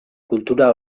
kultura